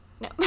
No